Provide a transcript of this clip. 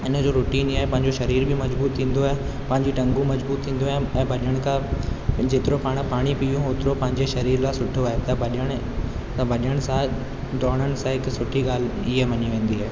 इनजो रुटीन ई आहे पंहिंजो शरीर बि मजबूत थींदो आहे पंहिंजियूं टंगूं मजबूत थींदियूं आहिनि ऐं भॼण खां जेतिरो पाण पाणी पीयूं ओतिरो पंहिंजे शरीर लाइ सुठो आहे त भॼण त भॼण सां दोड़न सां हिक सुठी ॻाल्हि हीअ मञी वेंदी आहे